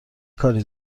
کاری